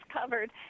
covered